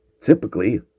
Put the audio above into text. Typically